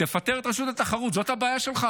תפטר את רשות התחרות, זאת הבעיה שלך?